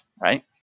right